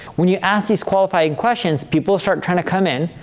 when you ask these qualifying questions, people start trying to come in.